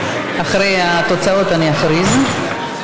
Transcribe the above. (הקמת מאגר מידע לאופניים עם מנוע עזר),